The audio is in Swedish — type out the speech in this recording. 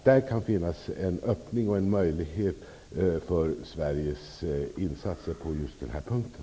Det kan finnas en öppning och en möjlighet för Sveriges insatser på just den här punkten.